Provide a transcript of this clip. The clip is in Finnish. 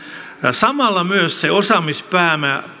samalla myös se osaamispääoma